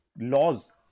laws